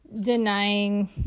denying